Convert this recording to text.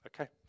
Okay